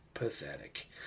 Pathetic